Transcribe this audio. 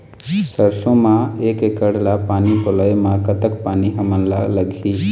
सरसों म एक एकड़ ला पानी पलोए म कतक पानी हमन ला लगही?